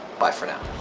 bye for now.